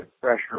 pressure